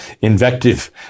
invective